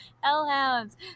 Hellhounds